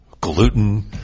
gluten